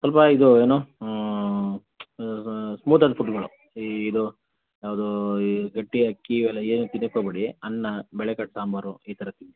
ಸ್ವಲ್ಪಾ ಇದೂ ಏನು ಸ್ಮೂತ್ ಆದ ಫುಡ್ಗಳು ಇದು ಯಾವುದೂ ಈ ಗಟ್ಟಿ ಅಕ್ಕಿ ಇವೆಲ್ಲ ಏನು ತಿನ್ನಕ್ಕೆ ಹೋಗ್ಬೇಡಿ ಅನ್ನ ಬೇಳೆ ಕಟ್ಟು ಸಾಂಬಾರು ಈ ಥರ ತಿನ್ನಿ